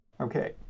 okay